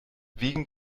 wegen